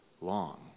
long